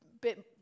bit